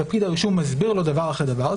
ופקיד הרישום מסביר לו דבר אחרי דבר,